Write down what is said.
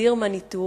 הגדיר מניטו